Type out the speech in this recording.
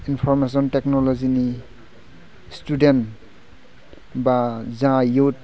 information टेकनल'जीनि student बा जा इउथ